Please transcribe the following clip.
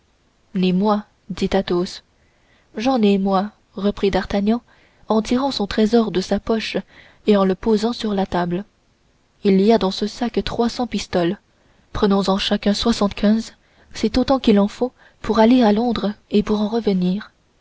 ni moi dit athos j'en ai moi reprit d'artagnan en tirant son trésor de sa poche et en le posant sur la table il y a dans ce sac trois cents pistoles prenons en chacun soixante-quinze c'est autant qu'il en faut pour aller à londres et pour en revenir